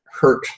hurt